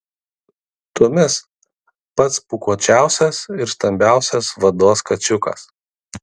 tumis pats pūkuočiausias ir stambiausias vados kačiukas